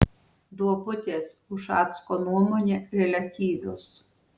duobutės ušacko nuomone reliatyvios